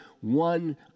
one